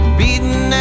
beaten